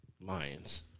Lions